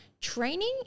training